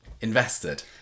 invested